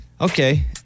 okay